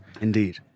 Indeed